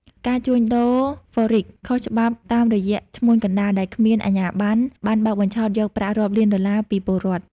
ការជួញដូរហ្វរិក (Forex) ខុសច្បាប់តាមរយៈឈ្មួញកណ្តាលដែលគ្មានអាជ្ញាប័ណ្ណ បានបោកបញ្ឆោតយកប្រាក់រាប់លានដុល្លារពីពលរដ្ឋ។